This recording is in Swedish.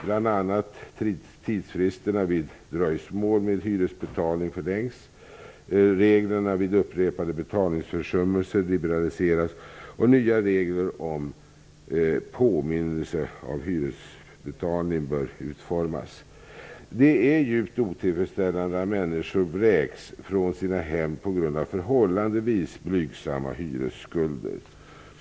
Bl.a. bör tidsfristerna vid dröjsmål med hyresbetalning förlängas, reglerna vid upprepade betalningsförsummelser liberaliseras och nya regler om påminnelse av hyresbetalning utformas. Det är djupt otillfredsställande att människor vräks från sina hem på grund av förhållandevis blygsamma hyresskulder.